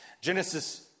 Genesis